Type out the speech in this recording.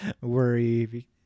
worry